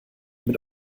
mit